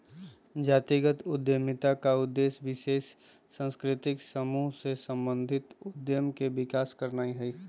जातिगत उद्यमिता का उद्देश्य विशेष सांस्कृतिक समूह से संबंधित उद्यम के विकास करनाई हई